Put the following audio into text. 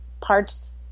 parts